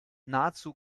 nahezu